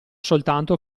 soltanto